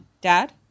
Dad